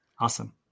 Awesome